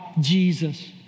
Jesus